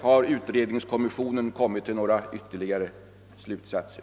Har utredningskommissionen «dragit några ytterligare slutsatser?